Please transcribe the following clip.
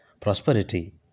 prosperity